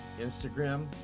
Instagram